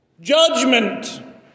Judgment